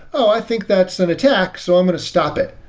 oh, i think that's an attack, so i'm going to stop it.